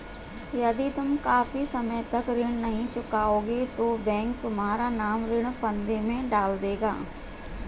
यदि तुम काफी समय तक ऋण नहीं चुकाओगे तो बैंक तुम्हारा नाम ऋण फंदे में डाल देगा